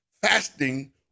Fasting